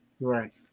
right